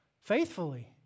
faithfully